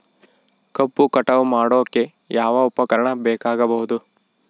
ಕಬ್ಬು ಕಟಾವು ಮಾಡೋಕೆ ಯಾವ ಉಪಕರಣ ಬೇಕಾಗಬಹುದು?